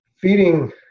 feeding